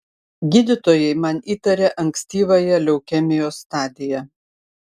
gydytojai man įtarė ankstyvąją leukemijos stadiją